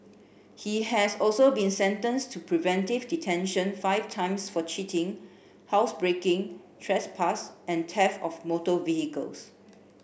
he has also been sentenced to preventive detention five times for cheating housebreaking trespass and theft of motor vehicles